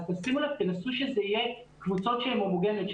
אז תנסו שזה יהיה קבוצות שהן הומוגניות,